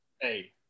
Hey